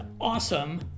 awesome